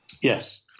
Yes